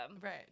Right